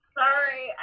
sorry